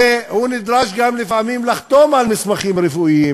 והוא נדרש גם לפעמים לחתום על מסמכים רפואיים,